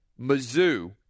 Mizzou